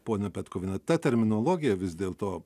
ponia petkuviene ta terminologija vis dėlto